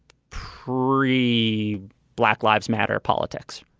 pre blacklivesmatter politics.